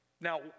Now